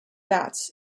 bats